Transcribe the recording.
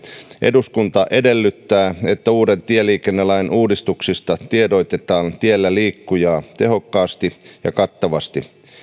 eduskunta edellyttää että uuden tieliikennelain uudistuksista tiedotetaan tiellä liikkujaa tehokkaasti ja kattavasti